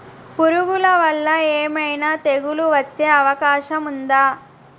పురుగుల వల్ల ఏమైనా తెగులు వచ్చే అవకాశం ఉందా?